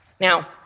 Now